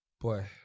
Boy